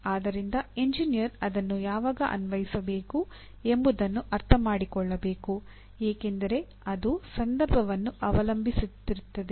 ಆದ್ದರಿಂದ ಎಂಜಿನಿಯರ್ ಅದನ್ನು ಯಾವಾಗ ಅನ್ವಯಿಸಬೇಕು ಎಂಬುದನ್ನು ಅರ್ಥಮಾಡಿಕೊಳ್ಳಬೇಕು ಏಕೆಂದರೆ ಅದು ಸಂದರ್ಭವನ್ನು ಅವಲಂಬಿಸಿರುತ್ತದೆ